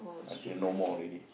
until no more already